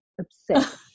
Obsessed